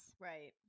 Right